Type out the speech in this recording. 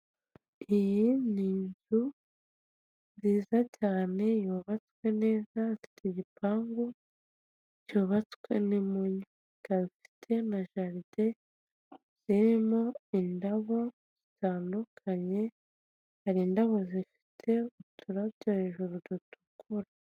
Icyapa gitoya kiri ku nyubako ndende ya etage cyandikishijeho amagambo y'umutuku n'umukara ni ahakorerwa ivunjisha ry'amafaranga abagabo bari gutambuka imbere y'inyubako hirya gato umutaka w'umuhondo w'ikigo cy'itumanaho cya emutiyeni igiti kirekire kiri imbere y'izo nyubako.